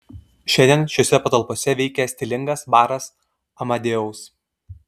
šiandien šiose patalpose veikia stilingas baras amadeus